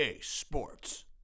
sports